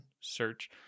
search